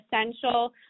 essential